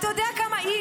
אתה יודע שקמה חטיבה,